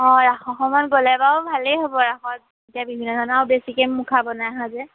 অঁ ৰাসৰ সময়ত গ'লে বাৰু ভালেই হ'ব ৰাসত এতিয়া বিভিন্ন ধৰণৰ বেছিকৈ মুখা বনাই হয় যে